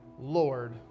Lord